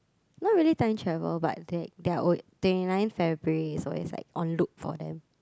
not really time travel but like their twenty ninth February is always like on loop for them